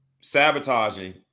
sabotaging